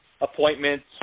appointments